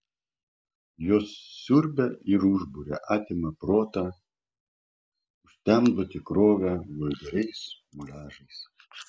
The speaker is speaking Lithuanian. jos siurbia ir užburia atima protą užtemdo tikrovę vulgariais muliažais